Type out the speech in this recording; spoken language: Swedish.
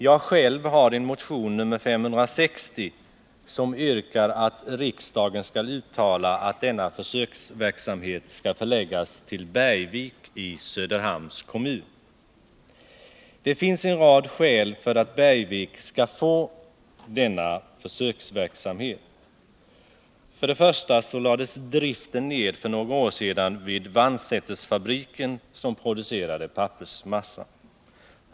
Jag har själv en motion, nr 560, som yrkar att riksdagen skall uttala att denna försöksverksamhet skall förläggas till Bergvik i Söderhamns kommun. Det finns en rad skäl för att Bergvik skall få denna försöksverksamhet: För det första lades driften ned för några år sedan vid Vannsätersfabriken, som producerade pappersmassa.